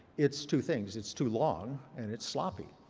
it's two things. it's too long, and it's sloppy.